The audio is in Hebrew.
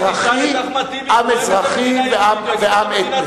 עם אזרחי ועם אתני.